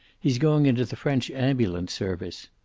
he's going into the french ambulance service.